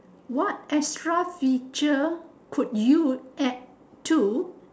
what extra feature could you add to